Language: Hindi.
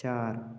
चार